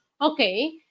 okay